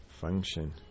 function